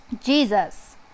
Jesus